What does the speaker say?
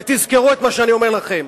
ותזכרו את מה שאני אומר לכם: